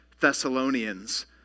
Thessalonians